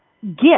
gift